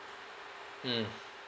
mm